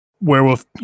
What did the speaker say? werewolf